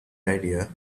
idea